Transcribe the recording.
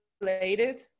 related